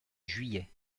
juillet